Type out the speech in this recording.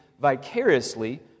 vicariously